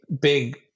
big